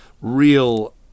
real